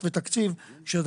תקציב וסוגיות אחרות,